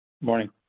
morning